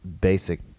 basic